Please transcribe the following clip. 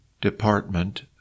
department